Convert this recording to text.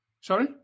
Sorry